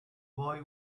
boy